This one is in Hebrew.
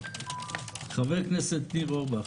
חבר הכנסת ניר אורבך,